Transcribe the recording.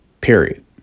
Period